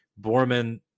Borman